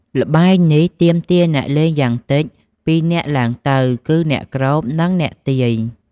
ល្បែងនេះទាមទារអ្នកលេងយ៉ាងតិចពីរនាក់ឡើងទៅ គឺអ្នកគ្រប និងអ្នកទាយ។